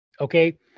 Okay